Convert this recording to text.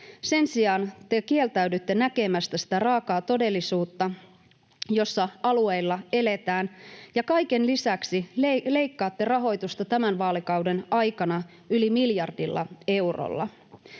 Sen sijaan te kieltäydytte näkemästä sitä raakaa todellisuutta, jossa alueilla eletään, ja kaiken lisäksi leikkaatte rahoitusta tämän vaalikauden aikana yli miljardilla eurolla.